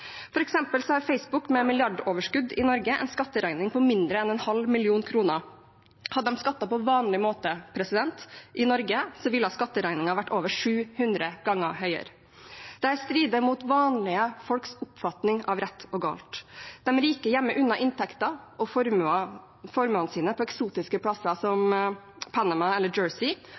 har Facebook, med milliardoverskudd i Norge, en skatteregning på mindre enn en halv million kroner. Hadde de skattet på vanlig måte i Norge, ville skatteregningen vært over 700 ganger høyere. Dette strider mot vanlige folks oppfatning av rett og galt. De rike gjemmer unna inntekter og formuer på eksotiske plasser som Panama eller Jersey, og de store selskapene plasserer overskuddet på mindre eksotiske plasser, som Dublin eller